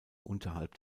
unterhalb